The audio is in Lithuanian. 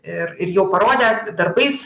ir ir jau parodė darbais